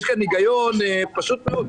יש כאן היגיון פשוט מאוד.